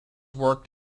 worked